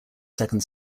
second